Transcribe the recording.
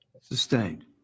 Sustained